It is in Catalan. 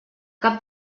cap